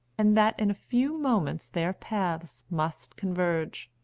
and that in a few moments their paths must converge.